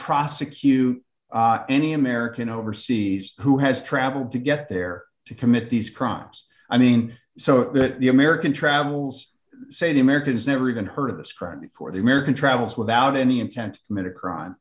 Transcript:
prosecute any american overseas who has traveled to get there to commit these crimes i mean so that the american travels say the americans never even heard of this crime before the american travels without any intent minute crime